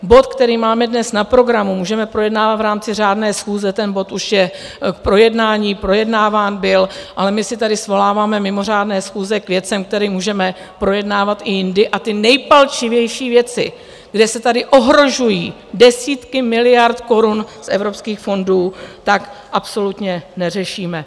Bod, který máme dnes na programu, můžeme projednávat v rámci řádné schůze, ten bod už je k projednání, projednáván byl, ale my si tady svoláváme mimořádné schůze k věcem, které můžeme projednávat i jindy, a ty nejpalčivější věci, kdy se tady ohrožují desítky miliard korun z evropských fondů, tak absolutně neřešíme.